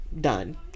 done